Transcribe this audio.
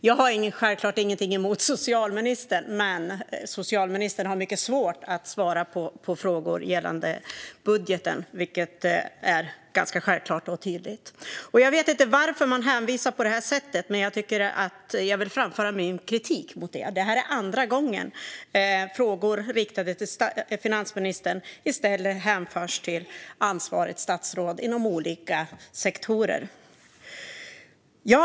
Jag har självklart ingenting emot socialministern, men socialministern har mycket svårt att svara på frågor gällande budgeten. Detta är ganska självklart och tydligt. Jag vet inte varför man hänvisar på detta sätt, men jag vill framföra kritik mot det. Detta är andra gången som frågor riktade till finansministern i stället hänförs till ansvarigt statsråd inom olika sektorer. Fru talman!